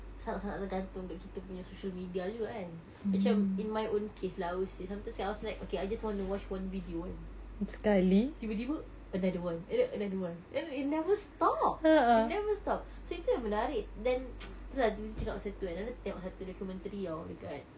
sangat sangat tergantung dekat kita punya social media juga kan macam in my own case lah I will say sometimes I was like okay I just want to watch one video kan tiba-tiba another one and then another one then it never stop it never stop so itu yang menarik then tu lah tiba-tiba cakap pasal tu kan ada tengok satu documentary [tau] dekat